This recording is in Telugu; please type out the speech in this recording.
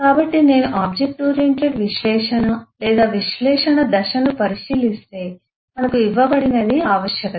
కాబట్టి నేను ఆబ్జెక్ట్ ఓరియెంటెడ్ విశ్లేషణ లేదా విశ్లేషణ దశను పరిశీలిస్తే మనకు ఇవ్వబడినది ఆవశ్యకత